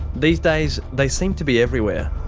these days they seem to be everywhere.